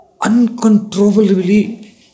uncontrollably